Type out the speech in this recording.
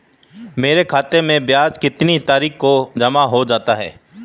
मेरे खाते में ब्याज कितनी तारीख को जमा हो जाता है?